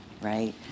right